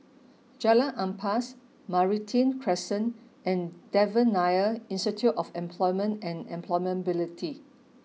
Jalan Ampas Meranti Crescent and Devan Nair Institute of Employment and Employability